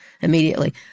immediately